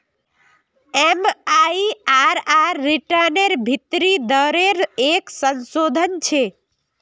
MIRR रिटर्नेर भीतरी दरेर एक संशोधन छे